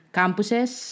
campuses